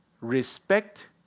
Respect